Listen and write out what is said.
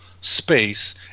space